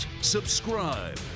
subscribe